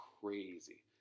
crazy